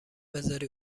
بزاری